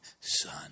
son